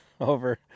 over